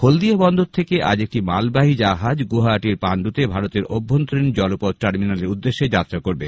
হলদিয়া বন্দর থেকে আজ একটি মালবাহী জাহাজ গুয়াহাটির পান্ডুতে ভারতের অভ্যন্তরীণ জলপথ টার্মিনালোর উদ্দেশে যাত্রা করবে